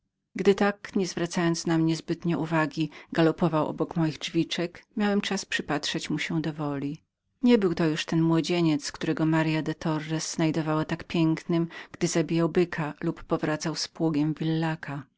gdy tak toczył obok moich drzwiczek i rzadko kiedy na mnie spoglądał miałem czas dowolnego mu się przypatrzenia niebył to już ten młodzieniec którego marya de torres znajdowała tak pięknym gdy zabijał byka lub powracał z pługiem